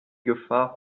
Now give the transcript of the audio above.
gefahr